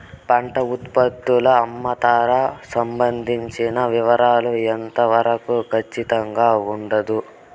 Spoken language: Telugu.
పంట ఉత్పత్తుల అమ్ముతారు సంబంధించిన వివరాలు ఎంత వరకు ఖచ్చితంగా ఉండదు?